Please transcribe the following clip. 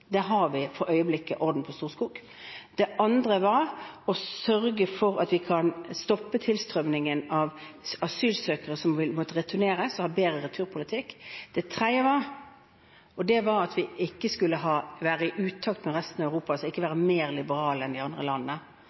Det har vi for øyeblikket. Det andre var å sørge for at vi kan stoppe tilstrømningen av asylsøkere som vil måtte returneres – ha en bedre returpolitikk. Det tredje var at vi ikke skulle være i utakt med resten av Europa, altså ikke være mer liberale enn de andre landene.